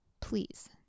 please